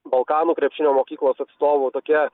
balkanų krepšinio mokyklos atstovų tokie